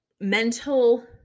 mental